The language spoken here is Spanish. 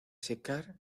secar